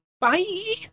Bye